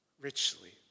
richly